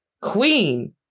Queen